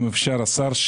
השר,